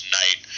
night